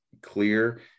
clear